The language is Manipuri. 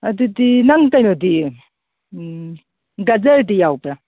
ꯑꯗꯨꯗꯤ ꯅꯪ ꯀꯩꯅꯣꯗꯤ ꯎꯝ ꯒꯥꯖꯔꯗꯤ ꯌꯥꯎꯕ꯭ꯔꯥ